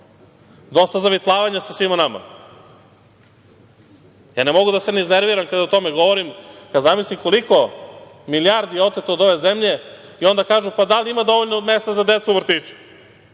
Dosta zavitlavanja sa svima nama. Ja ne mogu da se ne iznerviram kada o tome govorim, kada zamislim koliko je milijardi oteto od ove zemlje i onda kažu – pa, da li ima dovoljno mesta za decu u vrtiću?